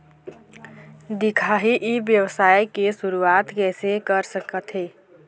दिखाही ई व्यवसाय के शुरुआत किसे कर सकत हे?